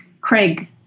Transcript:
Craig